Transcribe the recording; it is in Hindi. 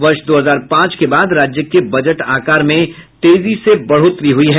वर्ष दो हजार पांच के बाद राज्य के बजट आकार में तेजी से बढ़ोतरी हुई है